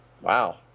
Wow